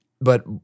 But-